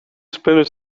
splinter